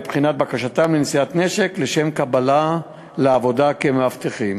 בעת בחינת בקשתם לנשיאת נשק לשם קבלה לעבודה כמאבטחים.